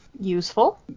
Useful